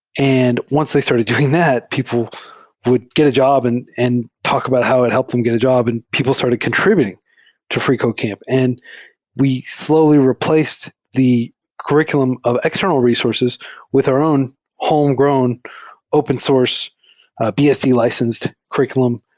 and once they started doing that, people would get a job and and talk about how it helped them get a job, and people started contr ibuting to freecodecamp. and we slowly replaced the curr iculum of external resources resources with our own homegrown open source so bsd-licensed curr iculum.